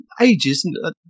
Ages